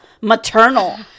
maternal